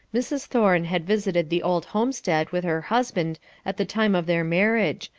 mrs. thorne had visited the old homestead with her husband at the time of their marriage,